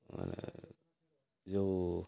ଯେଉଁ